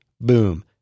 Boom